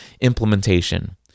implementation